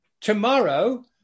tomorrow